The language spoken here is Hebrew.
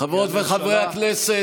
חברות וחברי הכנסת,